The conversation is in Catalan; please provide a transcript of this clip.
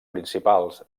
principals